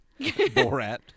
Borat